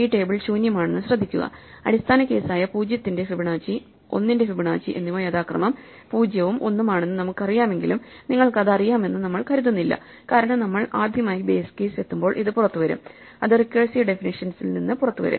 ഈ ടേബിൾ ശൂന്യമാണെന്ന് ശ്രദ്ധിക്കുക അടിസ്ഥാന കേസ് ആയ 0 ന്റെ ഫിബൊനാച്ചി 1 ന്റെ ഫിബൊനാച്ചി എന്നിവ യഥാക്രമം 0 ഉം 1 ഉം ആണെന്ന് നമുക്കറിയാമെങ്കിലും നിങ്ങൾക്കത് അറിയാമെന്ന് നമ്മൾ കരുതുന്നില്ല കാരണം നമ്മൾ ആദ്യമായി ബേസ് കേസ് എത്തുമ്പോൾ ഇത് പുറത്തുവരും അത് റിക്കേഴ്സീവ് ഡെഫിനിഷ്യൻസിൽ നിന്ന് പുറത്തുവരും